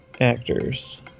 actors